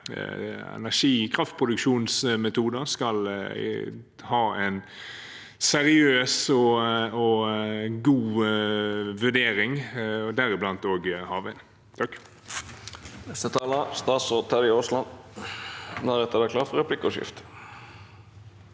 ønsker at alle kraftproduksjonsmetoder skal ha en seriøs og god vurdering, deriblant også havvind.